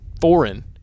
foreign